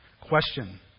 Question